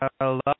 hello